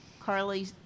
Carly